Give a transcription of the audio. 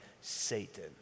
Satan